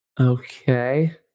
okay